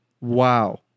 Wow